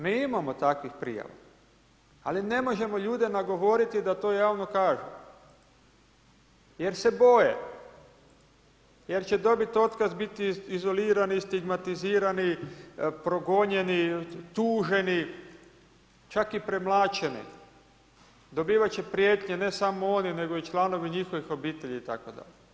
Mi imamo takvih prijava ali ne možemo ljude nagovoriti da to javno kažu jer se boje, jer će dobiti otkaz, biti izolirani, stigmatizirani, progonjeni, tuženi, čak i premlaćeni, dobivat će prijetnje ne samo oni nego i članovi njihovih obitelji itd.